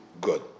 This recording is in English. good